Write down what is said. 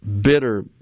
bitter